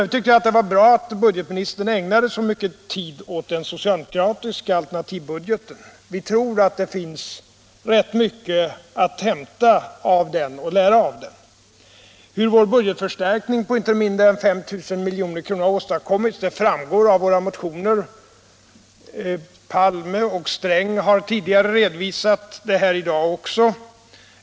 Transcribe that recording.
Jag tycker det är bra att budgetministern ägnar så mycket tid åt den socialdemokratiska alternativbudgeten. Vi tror nämligen att det finns rätt mycket att lära av den. Vad vår budgetförstärkning på inte mindre än 5 000 milj.kr. har åstadkommit framgår av våra motioner; Olof Palme och Gunnar Sträng har också tidigare i dag här redovisat det.